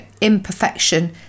imperfection